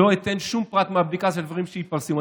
לא אתן שום פרט מהבדיקה מדברים שהתפרסמו,